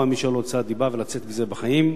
מישהו על הוצאת דיבה ולצאת מזה בחיים.